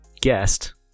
guest